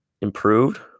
improved